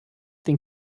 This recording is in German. den